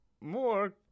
more